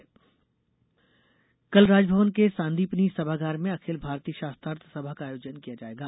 शास्त्रार्थ समा कल राजभवन के सांदीपनि सभागार में अखिल भारतीय शास्त्रार्थ सभा का आयोजन किया जाएगा